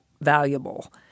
valuable